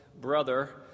brother